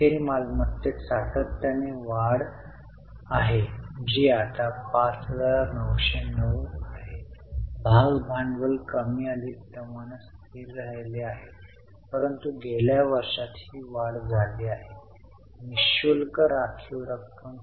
तर ऑपरेटिंग पासून 28300 ची भर किंवा सकारात्मक आकडेवारी ही ऑपरेटिंग क्रियाकलापातून मिळणारी रोख रक्कम आहे